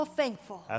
thankful